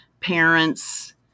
Parents